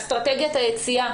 אסטרטגיית היציאה